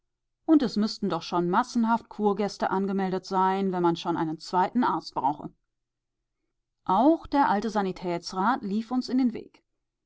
und es müßten doch schon massenhaft kurgäste angemeldet sein wenn man schon einen zweiten arzt brauche auch der alte sanitätsrat lief uns in den weg